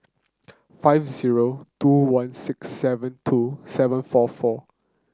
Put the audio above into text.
five zero two one six seven two seven four four